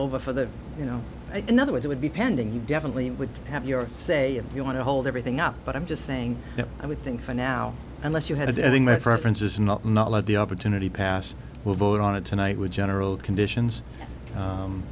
over for the you know i think that it would be pending you definitely would have your say if you want to hold everything up but i'm just saying that i would think for now unless you had to i think my preference is not not let the opportunity pass will vote on it tonight with general conditions